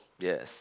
yes